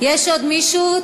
יש עוד מישהו?